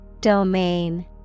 Domain